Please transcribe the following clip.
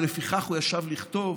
ולפיכך הוא ישב לכתוב